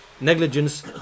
Negligence